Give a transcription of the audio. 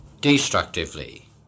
destructively